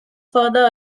further